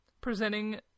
presenting